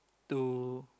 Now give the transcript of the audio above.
to